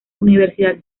universidad